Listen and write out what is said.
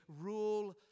rule